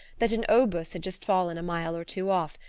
that an obus had just fallen a mile or two off,